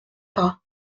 pas